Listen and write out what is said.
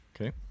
Okay